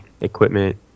equipment